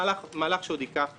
מהלך שעוד ייקח זמן.